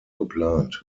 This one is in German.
geplant